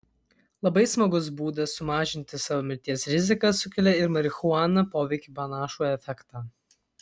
labai smagus būdas sumažinti savo mirties riziką sukelia į marihuaną poveikį panašų efektą